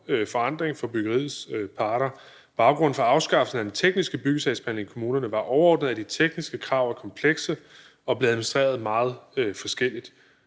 forandring for byggeriets parter. Baggrunden for afskaffelsen af den tekniske byggesagsbehandling i kommunerne var overordnet, at de tekniske krav er komplekse og blev administreret meget forskelligt.